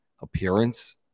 appearance